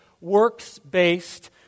works-based